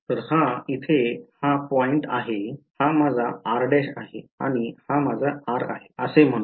तर हा इथे हा पॉईंट आहे हा माझा r आहे आणि हा माझा r आहे असे म्हणू